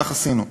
וכך עשינו.